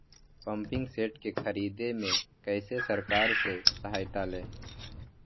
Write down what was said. Pumping set के ख़रीदे मे कैसे सरकार से सहायता ले?